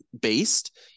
based